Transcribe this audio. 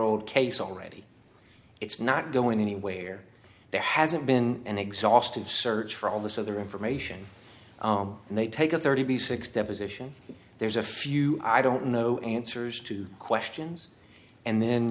old case already it's not going anywhere there hasn't been an exhaustive search for all this other information and they take a thirty six deposition there's a few i don't know answers to questions and then